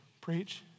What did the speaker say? preach